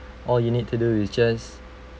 all you need to do is just